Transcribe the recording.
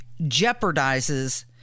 jeopardizes